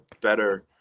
better